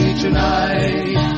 tonight